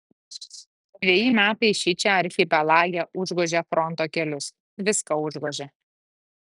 dveji metai šičia archipelage užgožė fronto kelius viską užgožė